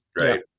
right